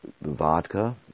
vodka